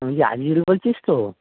তুই রাজীব বলছিস তো